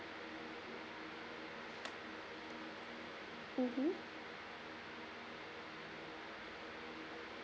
mmhmm